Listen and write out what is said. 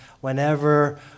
whenever